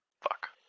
Fuck